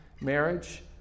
marriage